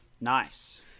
Nice